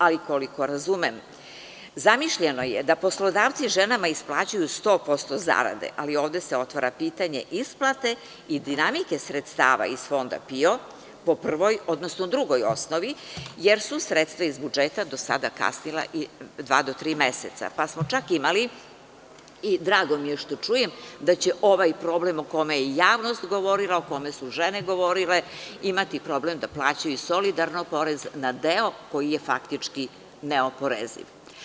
Ali, koliko razumem, zamišljeno je da poslodavci ženama isplaćuju 100% zarade, ali ovde se otvara pitanje isplate i dinamike sredstava iz Fonda PIO po prvoj, odnosno drugoj osnovi, jer su sredstva iz budžeta do sada kasnila i do dva, tri meseca, pa, smo čak imali, i drago mi je što čujem da će ovaj problem o kome i javnost govorila, o kome su žene govorile imati problem da plaćaju i solidarno porez na deo koji je faktički neoporeziv.